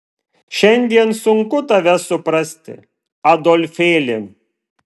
šiandien sunku tave suprasti adolfėli